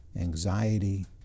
anxiety